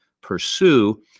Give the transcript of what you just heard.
pursue